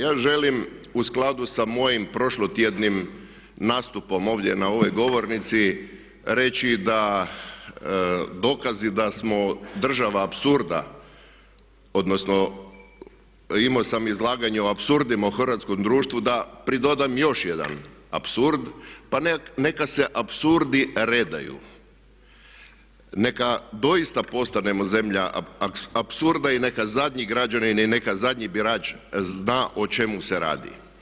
Ja želim u skladu sa mojim prošlotjednim nastupom ovdje na ovoj govornici reći da, dokazi da smo država apsurda, odnosno imao sam izlaganje o apsurdima u hrvatskom društvu da pridodam još jedan apsurd, pa neka se apsurdi redaju, neka doista postanemo zemlja apsurda i neka zadnji građanin i neka zadnji birač zna o čemu se radi.